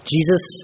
Jesus